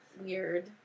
weird